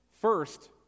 First